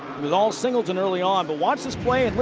all singleton early on. but watch this play.